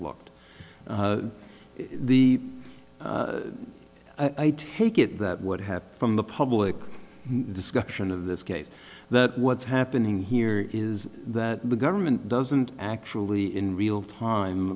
looked at the i take it that would have from the public discussion of this case that what's happening here is that the government doesn't actually in real time